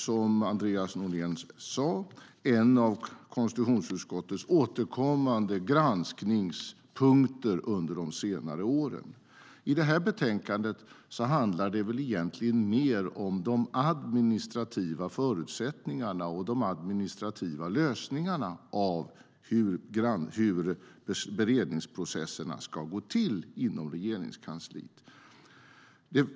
Som Andreas Norlén sa är detta en av konstitutionsutskottets återkommande granskningspunkter under de senare åren.I det här betänkandet handlar det egentligen mer om de administrativa förutsättningarna och de administrativa lösningarna för hur beredningsprocesserna ska gå till inom Regeringskansliet.